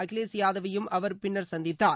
அகிலேஷ் யாதவையும் அவர் பின்னர் சந்தித்தார்